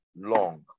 long